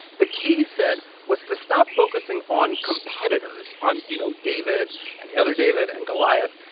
the key, he said, was to stop focusing on competitors on, you know, david and the other david and goliath.